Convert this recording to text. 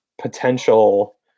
potential